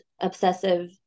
obsessive